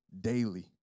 daily